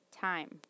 time